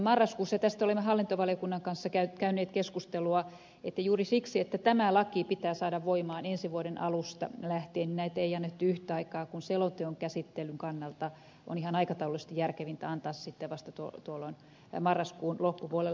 tästä olemme hallintovaliokunnan kanssa käyneet keskustelua että juuri siksi että tämä laki pitää saada voimaan ensi vuoden alusta lähtien näitä ei annettu yhtä aikaa kun selonteon käsittelyn kannalta on ihan aikataulullisesti järkevintä antaa se sitten vasta tuolloin marraskuun loppupuolella